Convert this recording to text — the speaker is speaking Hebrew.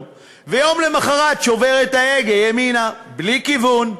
ויום למחרת שובר את ההגה ימינה בלי כיוון,